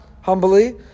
humbly